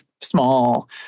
small